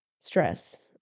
stress